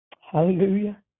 hallelujah